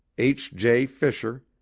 h. j. fisher,